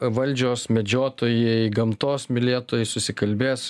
valdžios medžiotojai gamtos mylėtojai susikalbės